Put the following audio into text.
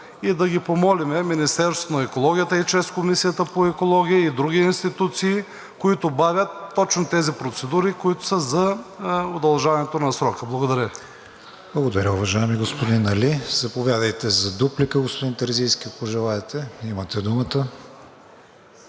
и да ги помолим Министерството на екологията и част от Комисията по екология и други институции, които бавят точно тези процедури, които са за удължаването на срока. Благодаря Ви. ПРЕДСЕДАТЕЛ КРИСТИАН ВИГЕНИН: Благодаря, уважаеми господин Али. Заповядайте за дуплика, господин Терзийски, ако желаете – имате думата.